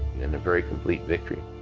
in a very complete victory.